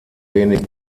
wenig